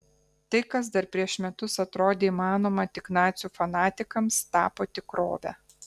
tai kas dar prieš metus atrodė įmanoma tik nacių fanatikams tapo tikrove